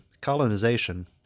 colonization